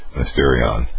Mysterion